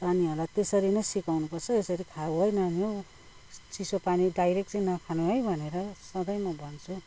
नानीहरूलाई त्यसरी नै सिकाउनु पर्छ यसरी खाउ है नानी हो चिसो पानी डाइरेक्ट चाहिँ नखानु है भनेर सधैँ म भन्छु